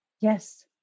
Yes